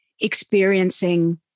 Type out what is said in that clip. experiencing